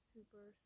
Super